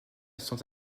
sont